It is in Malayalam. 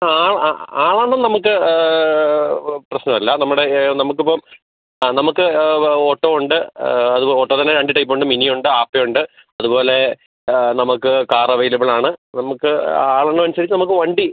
ആ ആ അ ആളെണ്ണം നമുക്ക് പ്ര പ്രശ്നം അല്ല നമ്മുടെ നമുക്കിപ്പോൾ ആ നമുക്ക് ഓട്ടോ ഉണ്ട് അത് ഓട്ടോ തന്നെ രണ്ട് ടൈപ്പുണ്ട് മിനി ഉണ്ട് അപ്പം ഉണ്ട് അതുപോലെ നമുക്ക് കാർ അവൈലബിളാണ് നമുക്ക് ആളെണ്ണം അനുസരിച്ച് നമുക്ക് വണ്ടി